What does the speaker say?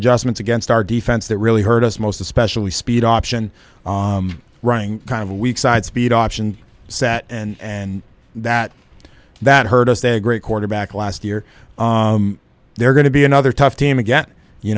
adjustments against our defense that really hurt us most especially speed option running kind of a weak side speed option set and that that hurt us a great quarterback last year they're going to be another tough team again you